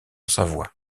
savoie